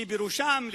שבראשן,